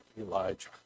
Elijah